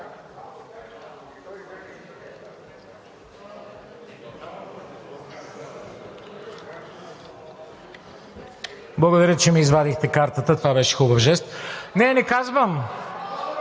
Благодаря, че ми извадихте картата, това беше хубав жест. (Реплики.) Не, не казвам,